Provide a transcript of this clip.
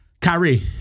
Kyrie